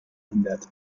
hindert